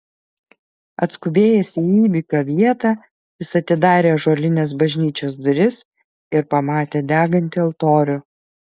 atskubėjęs į įvykio vietą jis atidarė ąžuolines bažnyčios duris ir pamatė degantį altorių